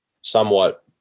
somewhat